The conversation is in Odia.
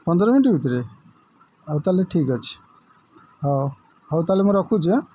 ପନ୍ଦର ମିନିଟ ଭିତରେ ଆଉ ତାହେଲେ ଠିକ୍ ଅଛି ହଉ ହଉ ତାହେଲେ ମୁଁ ରଖୁଛି ହାଁ